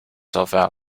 yourself